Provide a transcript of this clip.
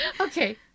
Okay